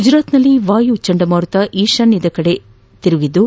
ಗುಜರಾತ್ನಲ್ಲಿ ವಾಯು ಚಂಡಮಾರುತ ಈಶಾನ್ನದ ಕಡೆಗೆ ಸಾಗಿದ್ದು